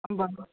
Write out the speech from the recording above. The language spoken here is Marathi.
बरं